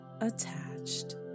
attached